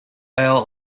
earl